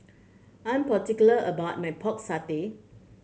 I'm particular about my Pork Satay